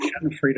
freedom